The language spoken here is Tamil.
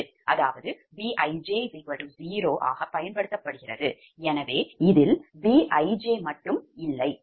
அதாவது Bij0 ஆக பயன்படுத்தப்படுகிறது எனவே எந்த Bijமட்டும் இல்லை